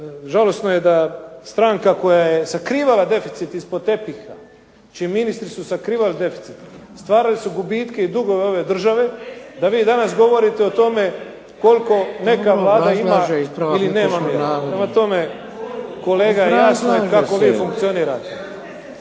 žalosno je da stranka koja je sakrivala deficit ispod tepiha, čiji ministri su sakrivali deficit, stvarali su gubitke i dugove ove države, da vi danas govorite o tome koliko neka Vlada ima ili nema …/Buka u dvorani, govornici govore